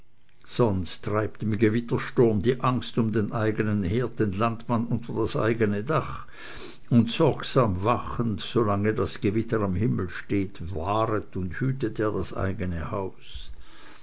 sonst treibt im gewittersturm die angst um den eigenen herd den landmann unter das eigene dach und sorgsam wachend solange das gewitter am himmel steht wahret und hütet er das eigene haus